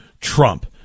Trump